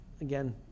again